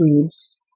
reads